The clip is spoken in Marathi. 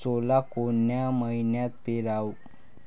सोला कोन्या मइन्यात पेराव?